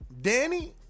Danny